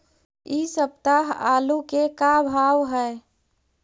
इ सप्ताह आलू के का भाव है?